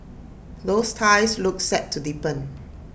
those ties look set to deepen